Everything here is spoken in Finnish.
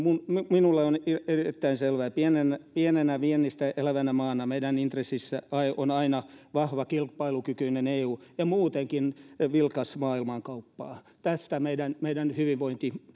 minulle on erittäin selvää että pienenä viennistä elävänä maana meidän intressissämme on aina vahva kilpailukykyinen eu ja muutenkin vilkas maailmankauppa tästä meidän meidän hyvinvointimme